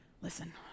Listen